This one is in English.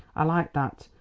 i like that!